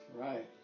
Right